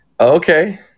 Okay